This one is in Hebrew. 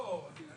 כל הזמן